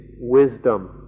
wisdom